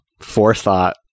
forethought